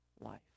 life